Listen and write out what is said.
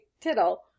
Tittle